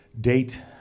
date